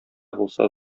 булса